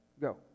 go